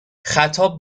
خطاب